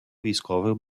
військових